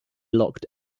locked